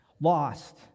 Lost